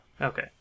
Okay